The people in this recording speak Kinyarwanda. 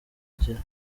agira